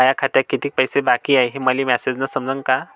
माया खात्यात कितीक पैसे बाकी हाय हे मले मॅसेजन समजनं का?